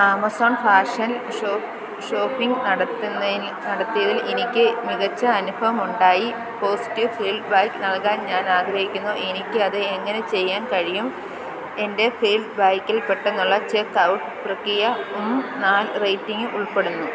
Amazon fashion shopping നടത്തുന്നതിൽ നടത്തിയതിൽ എനിക്ക് മികച്ച അനുഭവമുണ്ടായി പോസിറ്റീവ് ഫീഡ്ബാക്ക് നൽകാൻ ഞാൻ ആഗ്രഹിക്കുന്നു എനിക്ക് അത് എങ്ങനെ ചെയ്യാൻ കഴിയും എൻ്റെ ഫീഡ്ബാക്കിൽ പെട്ടെന്നുള്ള ചെക്ക്ഔട്ട് പ്രക്രിയ നാല് റേറ്റിംഗും ഉൾപ്പെടുന്നു